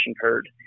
herd